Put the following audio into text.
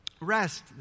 Rest